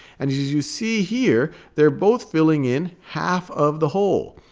and as you see here, they're both filling in half of the whole.